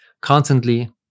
constantly